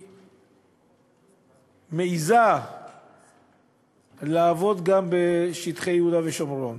מעזה לעבוד גם בשטחי יהודה ושומרון